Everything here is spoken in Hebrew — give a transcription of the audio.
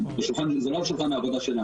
זה לא על שולחן העבודה שלנו.